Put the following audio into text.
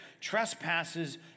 trespasses